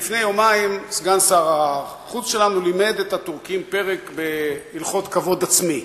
לפני יומיים סגן שר החוץ שלנו לימד את הטורקים פרק בהלכות כבוד עצמי.